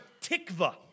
tikva